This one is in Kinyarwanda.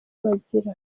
bagirana